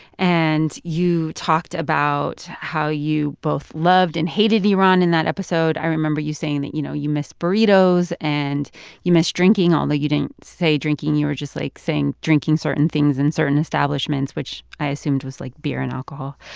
and you talked about how you both loved and hated iran in that episode. i remember you saying that, you know, you miss burritos and you miss drinking, although you didn't say drinking. you were just, like, saying drinking certain things in certain establishments, which i assumed was like beer and alcohol.